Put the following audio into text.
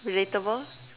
relatable